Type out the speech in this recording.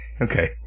Okay